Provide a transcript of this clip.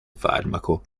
farmaco